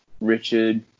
Richard